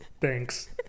Thanks